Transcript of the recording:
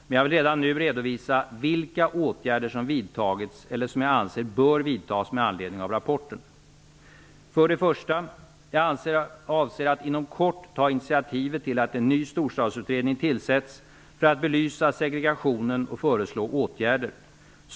Men jag vill redan nu redovisa vilka åtgärder som vidtagits eller som jag anser bör vidtas med anledning av rapporten. 1. Jag avser att inom kort ta initiativet till att en ny storstadsutredning tillsätts för att belysa segregationen och föreslå åtgärder.